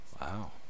Wow